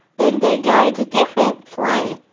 then they go to different planets.